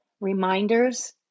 reminders